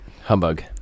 Humbug